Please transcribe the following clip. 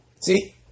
See